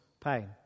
pain